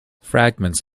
fragments